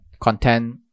content